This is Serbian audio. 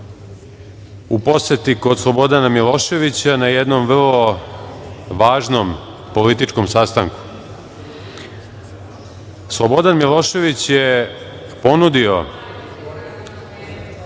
u poseti kod Slobodana Miloševića na jednom vrlo važnom političkom sastanku. Slobodan Milošević je